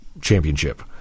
Championship